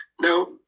Now